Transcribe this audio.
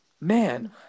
man